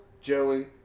Joey